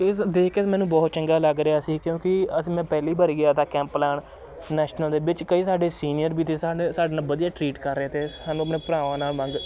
ਇਹ ਸ ਦੇਖ ਕੇ ਮੈਨੂੰ ਬਹੁਤ ਚੰਗਾ ਲੱਗ ਰਿਹਾ ਸੀ ਕਿਉਂਕਿ ਅਸੀਂ ਮੈਂ ਪਹਿਲੀ ਵਾਰੀ ਗਿਆ ਤਾ ਕੈਂਪ ਲਾਉਣ ਨੈਸ਼ਨਲ ਦੇ ਵਿੱਚ ਕਈ ਸਾਡੇ ਸੀਨੀਅਰ ਵੀ ਤੇ ਸਾਡੇ ਸਾਡੇ ਨਾਲ ਵਧੀਆ ਟਰੀਟ ਕਰ ਰਹੇ ਤੇ ਸਾਨੂੰ ਆਪਣੇ ਭਰਾਵਾਂ ਨਾਲ ਮੰਗ